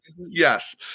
Yes